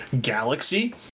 galaxy